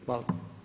Hvala.